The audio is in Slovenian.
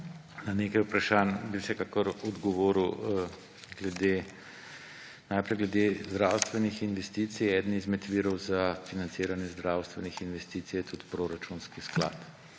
Na nekaj vprašanj bi vsekakor odgovoril. Najprej glede zdravstvenih investicij. Eden izmed virov za financiranje zdravstvenih investicij je tudi proračunski sklad.